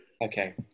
Okay